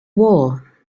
war